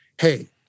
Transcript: Hey